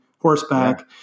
horseback